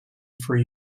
free